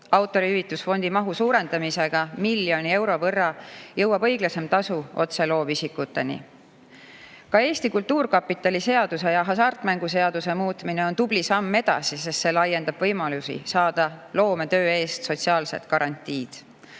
Autorihüvitusfondi mahu suurendamisega miljoni euro võrra jõuab õiglasem tasu otse loovisikuteni. Ka Eesti Kultuurkapitali seaduse ja hasartmänguseaduse muutmine on tubli samm edasi, sest see laiendab võimalusi saada loometöö eest sotsiaalsed garantiid.